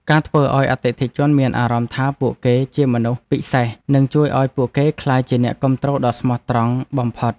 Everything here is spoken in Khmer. ការធ្វើឱ្យអតិថិជនមានអារម្មណ៍ថាពួកគេជាមនុស្សពិសេសនឹងជួយឱ្យពួកគេក្លាយជាអ្នកគាំទ្រដ៏ស្មោះត្រង់បំផុត។